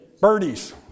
Birdies